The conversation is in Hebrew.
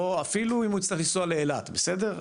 או אפילו אם הוא יצטרך לנסוע לאילת, בסדר?